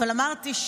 אבל אמרתי,